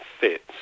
fits